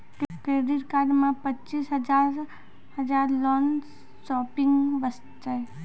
Credit card मे पचीस हजार हजार लोन शॉपिंग वस्ते?